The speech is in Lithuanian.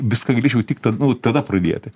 viską galėčiau tik nu tada pradėti